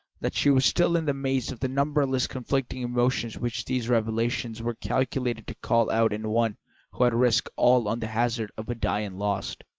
that she was still in the maze of the numberless conflicting emotions which these revelations were calculated to call out in one who had risked all on the hazard of a die and lost.